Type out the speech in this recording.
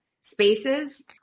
spaces